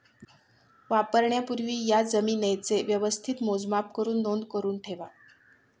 वापरण्यापूर्वी या जमीनेचे व्यवस्थित मोजमाप करुन नोंद करुन ठेवा